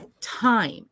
time